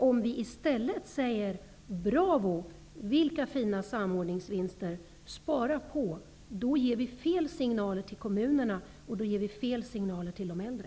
Om vi i stället säger bravo, vilka fina samordningsvinster, spara på, då ger vi fel signaler till kommunerna och till de äldre.